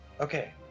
Okay